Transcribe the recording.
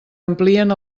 amplien